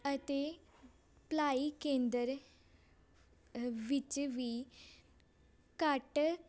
ਅਤੇ ਭਲਾਈ ਕੇਂਦਰ ਵਿਚ ਵੀ ਘੱਟ